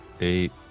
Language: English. Eight